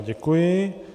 Děkuji.